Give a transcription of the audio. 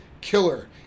killer